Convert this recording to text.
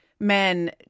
men